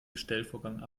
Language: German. bestellvorgang